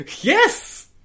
Yes